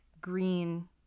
green